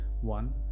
one